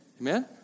Amen